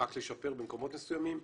אלא רק לשפר במקומות מסוימים.